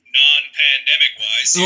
non-pandemic-wise